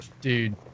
Dude